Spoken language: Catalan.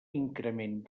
increment